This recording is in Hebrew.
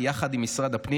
יחד עם משרד הפנים,